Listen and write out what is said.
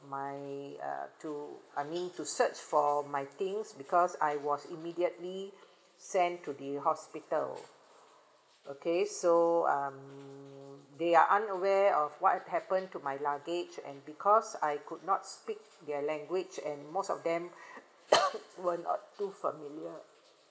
my uh to I mean to search for my things because I was immediately sent to the hospital okay so um they are unaware of what happened to my luggage and because I could not speak their language and most of them were not too familiar